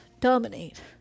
Dominate